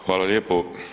Hvala lijepo.